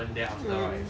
mm